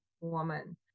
woman